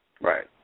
Right